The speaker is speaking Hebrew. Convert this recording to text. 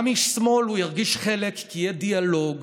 גם איש שמאל ירגיש חלק, כי יהיה דיאלוג